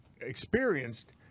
experienced